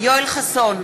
יואל חסון,